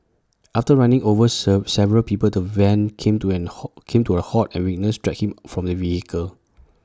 after running over serve several people the van came to in halt came to A halt and witnesses dragged him from the vehicle